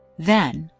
then,